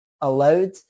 allowed